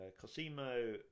Cosimo